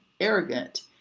arrogant